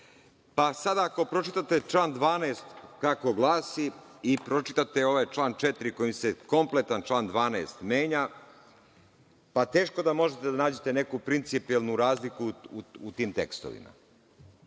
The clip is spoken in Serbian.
sada, ako pročitate član 12. kako glasi i pročitate ovaj član 4. kojim se kompletno član 12. menja, teško da možete da nađete neku principijelnu razliku u tim tekstovima.